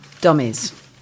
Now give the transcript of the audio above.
Dummies